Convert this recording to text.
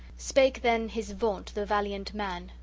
spake then his vaunt the valiant man,